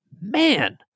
Man